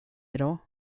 idag